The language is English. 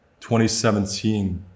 2017